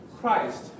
Christ